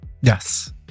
Yes